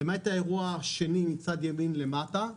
למעט האירוע השני מצד ימין למטה,